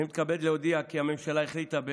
אני מתכבד להודיע כי הממשלה החליטה,